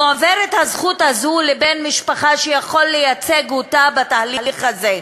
מועברת הזכות הזאת לבן משפחה שיכול לייצג אותה בתהליך הזה,